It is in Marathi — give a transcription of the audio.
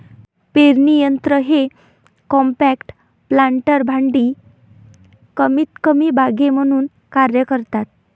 पेरणी यंत्र हे कॉम्पॅक्ट प्लांटर भांडी कमीतकमी बागे म्हणून कार्य करतात